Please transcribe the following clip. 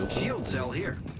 he'll so hear